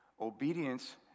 obedience